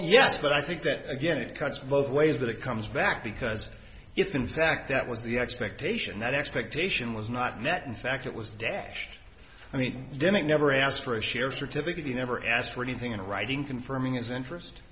yes but i think that again it cuts both ways but it comes back because if in fact that was the expectation that expectation was not met in fact it was dash i mean demick never asked for a share certificate he never asked for anything in writing confirming his interest